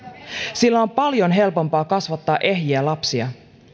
sillä on paljon helpompaa kasvattaa ehjiä lapsia